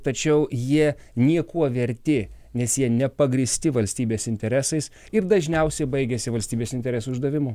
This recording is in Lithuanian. tačiau jie niekuo verti nes jie nepagrįsti valstybės interesais ir dažniausiai baigiasi valstybės interesų išdavimu